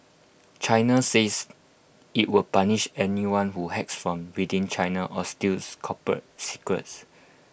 China says IT will punish anyone who hacks from within China or steals corporate secrets